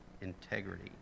integrity